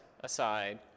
aside